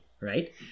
right